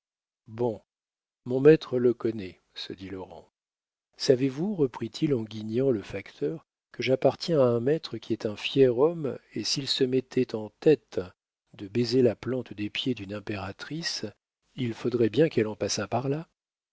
bon mon maître le connaît se dit laurent savez-vous reprit-il en guignant le facteur que j'appartiens à un maître qui est un fier homme et s'il se mettait en tête de baiser la plante des pieds d'une impératrice il faudrait bien qu'elle en passât par là